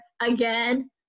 again